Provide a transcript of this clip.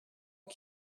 moi